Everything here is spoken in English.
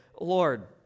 Lord